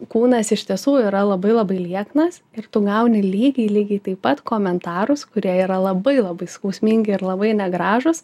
kūnas iš tiesų yra labai labai lieknas ir tu gauni lygiai lygiai taip pat komentarus kurie yra labai labai skausmingi ir labai negražūs